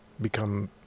become